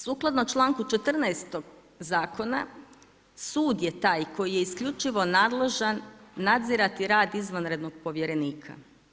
Sukladno članku 14. zakona, sud je taj koji je isključivo nadležan nadzirati rad izvanrednog povjerenika.